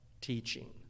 teaching